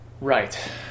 Right